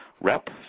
rep